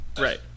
Right